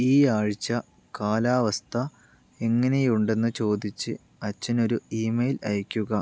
ഈ ആഴ്ച കാലാവസ്ഥ എങ്ങനെയുണ്ടെന്ന് ചോദിച്ച് അച്ഛന് ഒരു ഇമെയിൽ അയയ്ക്കുക